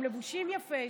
הם לבושים יפה,